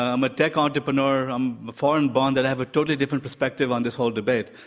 i'm a tech entrepreneur, i'm a foreign, but and that i have a totally different perspective on this whole debate.